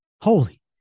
Holy